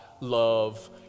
love